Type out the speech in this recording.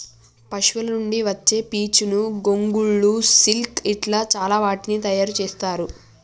పశువుల నుండి వచ్చే పీచును గొంగళ్ళు సిల్క్ ఇట్లా చాల వాటిని తయారు చెత్తారు